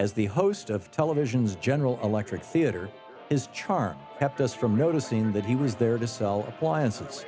as the host of television's general electric theater his charm kept us from noticing that he was there to sell appliances